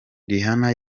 rihana